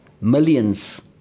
millions